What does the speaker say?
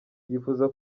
yifuza